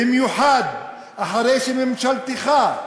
במיוחד אחרי שממשלתך,